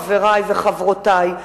חברי וחברותי,